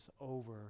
over